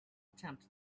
attempt